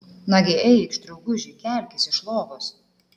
nagi eikš drauguži kelkis iš lovos